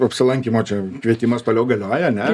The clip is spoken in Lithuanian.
o apsilankymo čia kvietimas toliau galioja ane